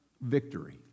victory